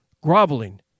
groveling